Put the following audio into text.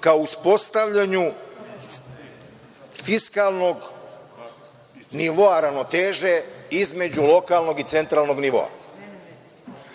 ka uspostavljanju fiskalnog nivoa ravnoteže između lokalnog i centralnog nivoa.U